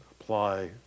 apply